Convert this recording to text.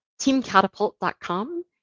teamcatapult.com